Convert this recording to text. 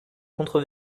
contre